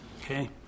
okay